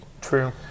True